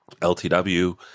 ltw